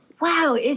wow